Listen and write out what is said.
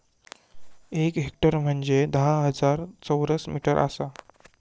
एक हेक्टर म्हंजे धा हजार चौरस मीटर आसा